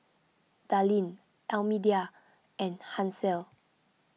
Darlene Almedia and Hansel